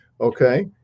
Okay